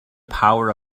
power